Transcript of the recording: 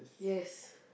yes